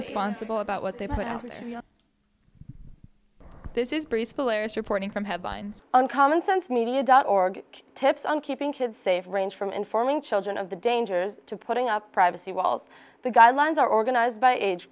responsible about what they put out this is bruce blair's reporting from headlines on commonsense media dot org tips on keeping kids safe range from informing children of the dangers to putting up privacy walls the guidelines are organized by age